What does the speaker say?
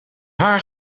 haar